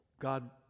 God